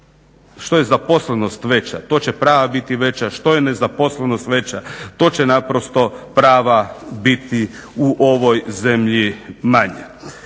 Što je zaposlenost veća, budimo svjesni to će i prava biti veća, što je nezaposlenost veća to će naprosto prava biti u ovoj zemlji manja.